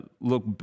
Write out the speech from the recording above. look